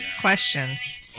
questions